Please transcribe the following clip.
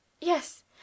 Yes